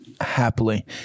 Happily